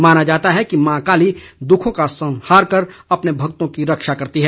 माना जाता है कि मां काली दुखों का संहार कर अपने भक्तों की रक्षा करती है